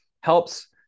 helps